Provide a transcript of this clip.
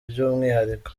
by’umwihariko